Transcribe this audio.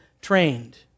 trained